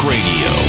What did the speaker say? Radio